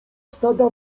stada